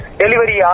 delivery